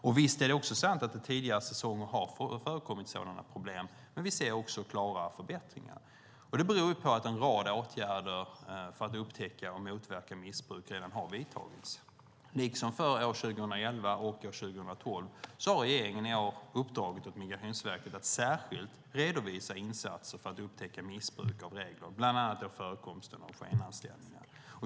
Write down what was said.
Visst är det också sant att det tidigare säsonger har förekommit sådana problem, men vi ser också klara förbättringar. Det beror på att en rad åtgärder för att upptäcka och motverka missbruk har vidtagits. Liksom åren 2011 och 2012 har regeringen också i år uppdragit åt Migrationsverket att särskilt redovisa insatser för att upptäcka missbruk av regler, bland annat förekomsten av skenanställningar.